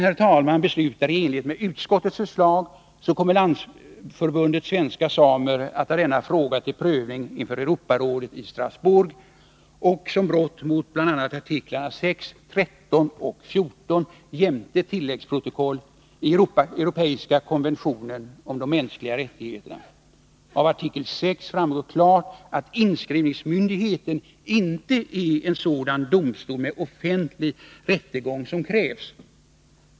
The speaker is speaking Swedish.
Om kammaren beslutar i enlighet med utskottets förslag, kommer Landsförbundet svenska samer att ta denna fråga till prövning inför Europarådet i Strasbourg som brott mot bl.a. artiklarna 6, 13 och 14 jämte tilläggsprotokoll i den europeiska konventionen om de mänskliga rättigheterna. Av artikel 6 framgår klart att inskrivningsmyndigheten inte är en sådan domstol med offentlig rättegång som krävs.